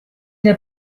der